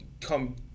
come